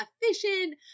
efficient